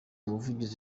umuvugizi